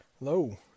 Hello